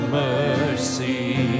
mercy